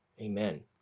Amen